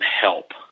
help